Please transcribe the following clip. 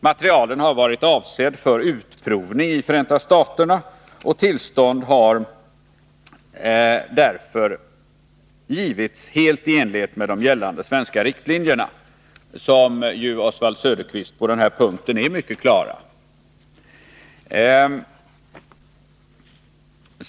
Materielen har varit avsedd för utprovning i Förenta staterna. Tillstånd har därför givits helt i enlighet med de gällande svenska riktlinjerna, som ju, Oswald Söderqvist, på den här punkten är mycket klara.